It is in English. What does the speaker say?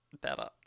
better